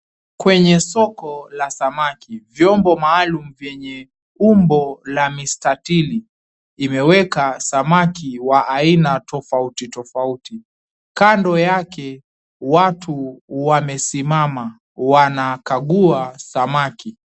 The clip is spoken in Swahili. Kwenye soko la samaki, vyombo maalum vyenye umbo la mistatili, vimeweka samaki wa aina tofauti tofauti. Kando yake watu wamesimama, wanakagua samaki.